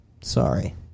Sorry